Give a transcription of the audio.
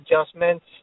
adjustments